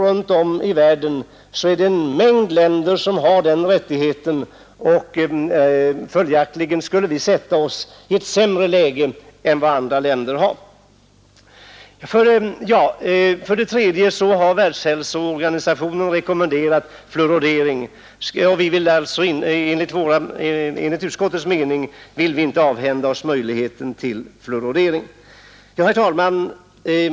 Runt om i världen har en mängd länder den rättigheten. Följaktligen skulle vi försätta oss i ett sämre läge än andra länder. Världshälsoorganisationen har rekommenderat fluoridering. Utskottet vill då inte avhända oss den möjligheten.